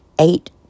eight